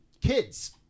Kids